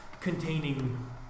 containing